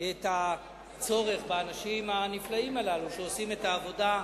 את הצורך באנשים הנפלאים הללו, שעושים את העבודה.